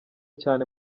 cyane